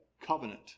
covenant